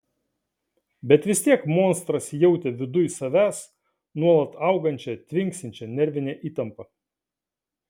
bet vis tiek monstras jautė viduj savęs nuolat augančią tvinksinčią nervinę įtampą